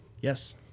Yes